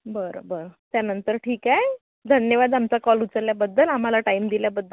बरं बरं त्यानंतर ठीक आहे धन्यवाद आमचा कॉल उचलल्याबद्दल आम्हाला टाईम दिल्याबद्दल